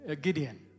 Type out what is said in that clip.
Gideon